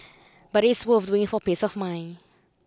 but it is worth doing for peace of mind